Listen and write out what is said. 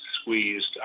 squeezed